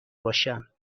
باشم